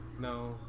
no